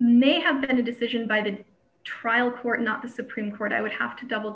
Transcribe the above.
may have been a decision by the trial court not the supreme court i would have to double